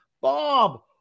Bob